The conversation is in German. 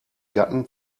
gatten